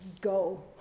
go